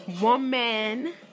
woman